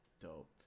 dope